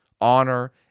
honor